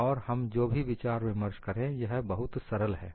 और हम जो भी विचार विमर्श करें यह बहुत ही सरल है